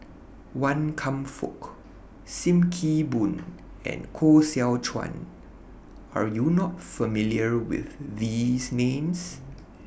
Wan Kam Fook SIM Kee Boon and Koh Seow Chuan Are YOU not familiar with These Names